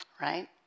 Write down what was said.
right